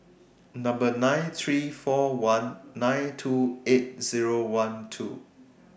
nine three four one nine two eight Zero one two